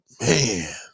man